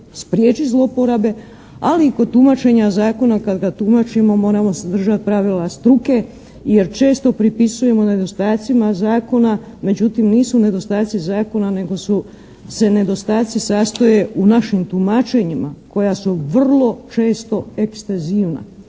spriječiti zlouporabe. Ali i kod tumačenja zakona kad ga tumačimo moramo se držati pravila struke jer često pripisujemo nedostacima zakona. Međutim, nisu nedostaci zakona nego su, se nedostaci sastoje u našim tumačenjima koja su vrlo često ekstazivna.